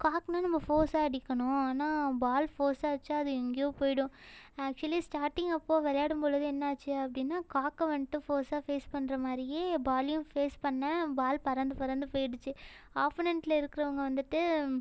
கார்க்குன்னால் நம்ம ஃபோர்ஸாக அடிக்கணும் ஆனால் பால் ஃபோர்ஸாக அடித்தா அது எங்கேயோ போய்டும் ஆக்சுவல்லி ஸ்டார்டிங் அப்போது விளையாடும்பொழுது என்ன ஆச்சு அப்படின்னா கார்க்கை வந்துட்டு ஃபோர்ஸாக ஃபேஸ் பண்ணுற மாதிரியே பாலையும் ஃபேஸ் பண்ணேன் பால் பறந்து பறந்து போய்டுச்சு அப்போனென்ட்டில் இருக்கிறவங்க வந்துட்டு